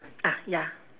ah ya